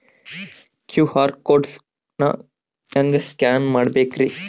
QR code ನಾ ಹೆಂಗ scan ಮಾಡಬೇಕ್ರಿ?